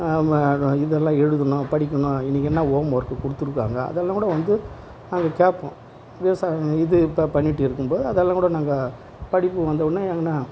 இதெல்லாம் எழுதணும் படிக்கணும் இன்றைக்கி என்ன ஹோம் ஒர்க் கொடுத்துருக்காங்க அதெல்லாம் கூட வந்து நாங்கள் கேட்போம் விவசாயம் இது பண்ணிட்டு இருக்கும் போது அதெல்லாம் கூட நாங்கள் படிப்பு வந்த ஒடனே என்ன